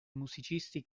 musicisti